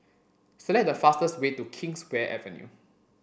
select the fastest way to Kingswear Avenue